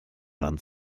wand